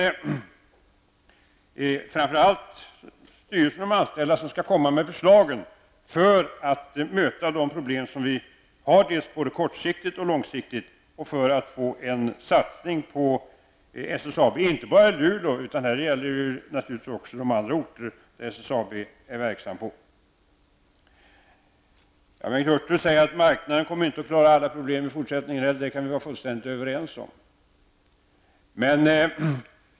Det är alltså styrelsen och de anställda som skall komma med förslag till de åtgärder som behövs för att vi skall kunna möta de problem som vi har både kortsiktigt och långsiktigt och för att man skall kunna göra en satsning på SSAB, inte bara i Luleå utan naturligtvis också på de andra orter där SSAB Bengt Hurtig säger att marknaden inte kommer att klara alla problem i fortsättningen heller. Det kan vi vara fullständigt överens om.